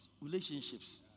relationships